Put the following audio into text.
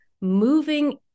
moving